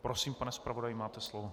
Prosím, pane zpravodaji, máte slovo.